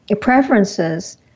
preferences